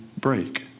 break